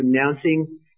announcing